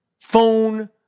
phone